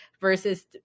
versus